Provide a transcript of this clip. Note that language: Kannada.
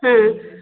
ಹಾಂ